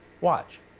Watch